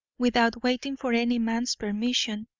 without waiting for any man's permission,